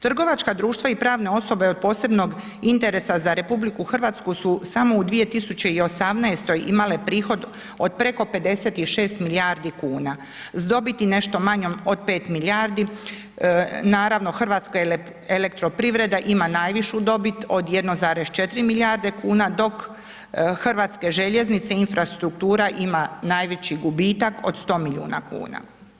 Trgovačka društva i pravne osobe od posebnog interesa za RH su samo u 2018. imale prihod od preko 56 milijardi kuna s dobiti nešto manjom od 5 milijardi, naravno Hrvatska elektroprivreda ima najvišu dobit od 1,4 milijarde kuna, dok Hrvatske željeznice - Infrastruktura ima najveći gubitak od 100 milijuna kuna.